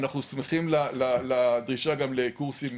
אנחנו שמחים גם לדרישה לקורסים